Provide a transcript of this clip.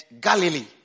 Galilee